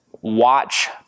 watch